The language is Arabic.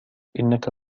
إنك